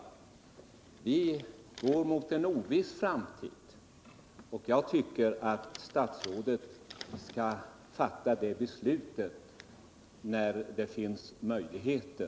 Men vi går mot en oviss framtid när det gäller att lagstifta och jag tycker att statsrådet skall fatta det beslutet när det finns möjligheter.